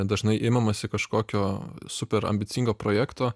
dažnai imamasi kažkokio super ambicingo projekto